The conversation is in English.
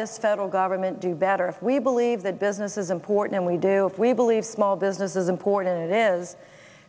the federal government do better if we believe that business is important and we do we believe small business is important it is